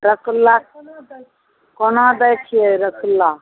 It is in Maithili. रसगुल्ला कोना दै छियै रसगुल्ला